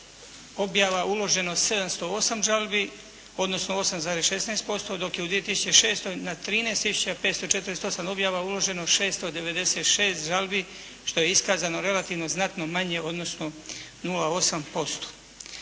objava uloženo 708 žalbi, odnosno 8,16% dok je u 2006. na 13 tisuća 548 objava uloženo 696 žalbi, što je iskazano relativno znatno manje, odnosno 0,8%.